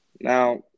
Now